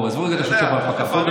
עזבו לרגע את השוטר ואת הפקח.